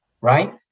right